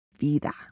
vida